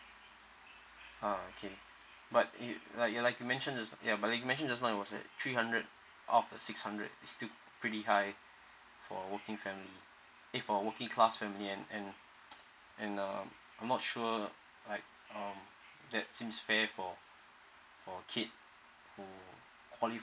ah okay but it like you like you mentioned just now ya but you mention just now it was like three hundred or the six hundred is still pretty hight for working family eh for a working class family and and and um I'm not sure like um that seems fair for for kid who qualifies